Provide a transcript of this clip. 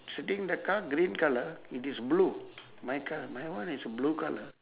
sitting in the car green colour it is blue my car my one is blue colour